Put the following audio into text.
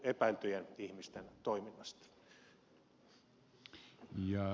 arvoisa herra puhemies